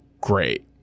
great